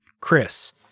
Chris